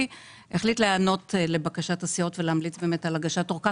- החליט להיענות לבקשת הסיעות ולהמליץ באמת על הגשת ארכה,